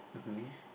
mmhmm